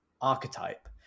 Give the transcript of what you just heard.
archetype